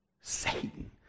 Satan